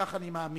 כך אני מאמין.